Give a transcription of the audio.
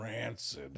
rancid